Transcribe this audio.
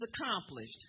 accomplished